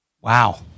Wow